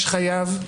יש חייב,